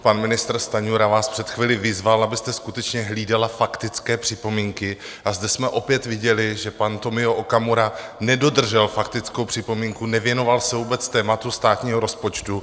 Pan ministr Stanjura vás před chvílí vyzval, abyste skutečně hlídala faktické připomínky, a zde jsme opět viděli, že pan Tomio Okamura nedodržel faktickou připomínku, nevěnoval se vůbec tématu státního rozpočtu.